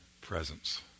presence